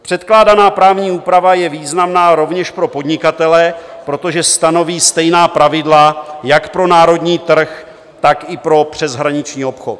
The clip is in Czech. Předpokládaná právní úprava je významná rovněž pro podnikatele, protože stanoví stejná pravidla jak pro národní trh, tak i pro přeshraniční obchod.